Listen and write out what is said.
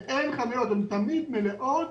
ואין חניות, הן תמיד מלאות